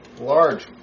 large